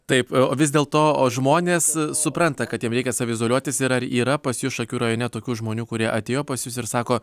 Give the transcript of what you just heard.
taip vis dėlto o žmonės supranta kad jiem reikia saviizoliuotis ir ar yra pas jus šakių rajone tokių žmonių kurie atėjo pas jus ir sako